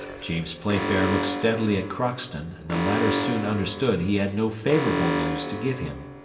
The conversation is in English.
james playfair looked steadily at crockston, and the latter soon understood he had no favourable news to give him.